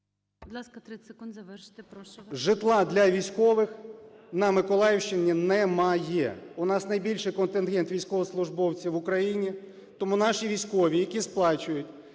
житла для військових на Миколаївщині немає. У нас найбільший контингент військовослужбовців в Україні, тому наші військові, які сплачують